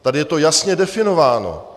Tady je to jasně definováno.